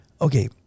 okay